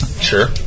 Sure